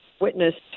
witnessed